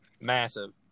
massive